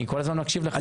אני כל הזמן מקשיב לך.